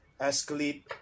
escalate